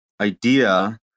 idea